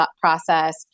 process